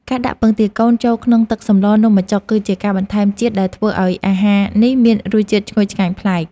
ការដាក់ពងទាកូនចូលក្នុងទឹកសម្លនំបញ្ចុកគឺជាការបន្ថែមជាតិដែលធ្វើឱ្យអាហារនេះមានរសជាតិឈ្ងុយឆ្ងាញ់ប្លែក។